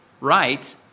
right